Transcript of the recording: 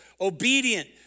obedient